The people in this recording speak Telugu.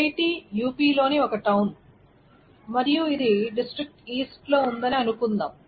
ఐఐటి యుపిలోని ఒక టౌన్ మరియు ఇది డిస్ట్రిక్ట్ ఈస్ట్ లో ఉందని అనుకుందాం